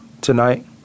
tonight